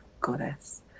Goddess